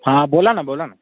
हां बोला ना बोला ना